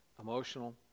emotional